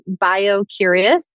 biocurious